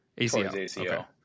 ACL